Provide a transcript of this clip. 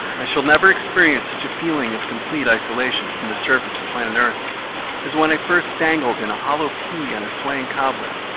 i shall never experience such a feeling of complete isolation from the surface of planet earth as when i first dangled in a hollow pea on a swaying cobweb,